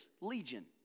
Legion